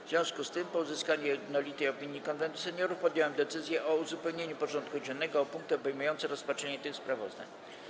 W związku z tym, po uzyskaniu jednolitej opinii Konwentu Seniorów, podjąłem decyzję o uzupełnieniu porządku dziennego o punkty obejmujące rozpatrzenie tych sprawozdań.